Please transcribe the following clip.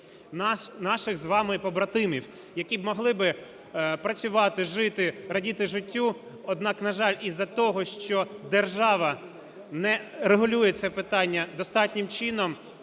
наших з вами побратимів, які могли би працювати, жити, радіти життю. Однак, на жаль, з-за того, що держава не регулює це питання достатнім чином,